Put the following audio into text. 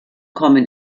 kommen